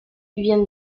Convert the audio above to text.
vient